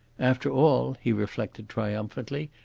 after all, he reflected triumphantly,